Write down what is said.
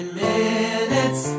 minutes